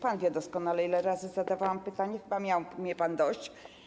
Pan doskonale wie, ile razy zadawałam pytanie, chyba miał mnie pan dość.